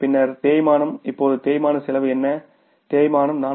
பின்னர் தேய்மானம் இப்போது தேய்மான செலவு என்ன தேய்மானம் 480